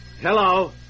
Hello